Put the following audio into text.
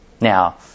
Now